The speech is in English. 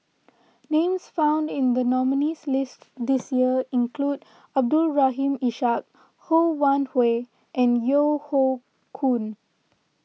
names found in the nominees' list this year include Abdul Rahim Ishak Ho Wan Hui and Yeo Hoe Koon